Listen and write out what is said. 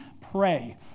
pray